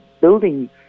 building